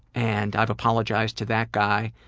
and i've apologized to that guy.